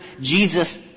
Jesus